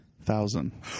thousand